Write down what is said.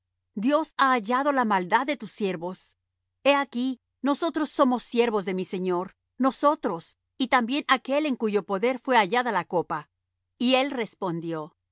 dios ha hallado la maldad de tus siervos he aquí nosotros somos siervos de mi señor nosotros y también aquél en cuyo poder fué hallada la copa y él respondió